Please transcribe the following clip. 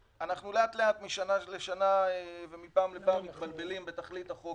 לאט-לאט משנה לשנה ופעם לפעם אנחנו מתבלבלים בתכלית החוק